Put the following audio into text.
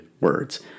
words